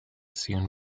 soon